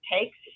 takes